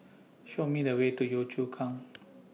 Show Me The Way to Yio Chu Kang